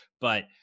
but-